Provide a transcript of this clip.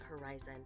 Horizon